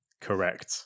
Correct